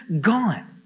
gone